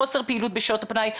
חוסר פעילות בשעות הפנאי,